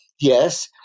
Yes